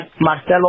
Marcelo